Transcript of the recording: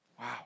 Wow